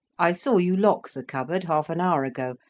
i saw you lock the cupboard half an hour ago,